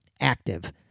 active